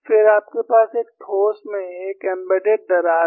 फिर आपके पास एक ठोस में एक एम्बेडेड दरार है